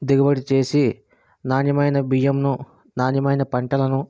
దిగుబడి చేసి నాణ్యమైన బియ్యంను నాణ్యమైన పంటలను